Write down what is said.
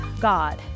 God